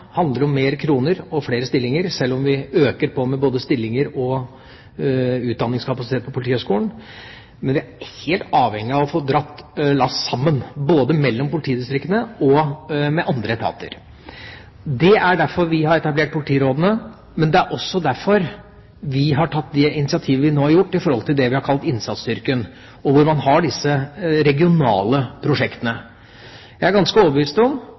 handler bare om flere kroner og flere stillinger, selv om vi øker på med både stillinger og utdanningskapasitet på Politihøgskolen, men om at vi er helt avhengige av å få dratt lasset sammen, både mellom politidistriktene og med andre etater. Det er derfor vi har etablert politirådene, men det er også derfor vi har tatt det initiativet vi nå har gjort knyttet til det vi har kalt innsatsstyrken, og hvor man har disse regionale prosjektene. Jeg er ganske overbevist om